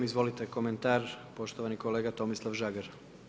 Izvolite komentar, poštovani kolega Tomislav Žagar.